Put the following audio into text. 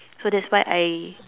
so that's why I